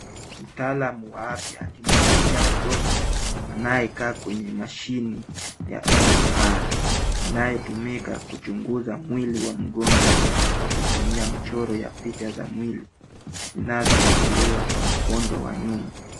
Mtaalam wa afya akimsaidia mjonjwa anayekaa kwenye mashini ya MR inayotumika kuchunguza mwili wa mgonjwa kwa kutumia mchoro ya picha za mwili inazochukuliwa kwa mkondo wa nyuma.